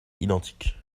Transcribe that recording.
identiques